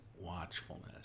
watchfulness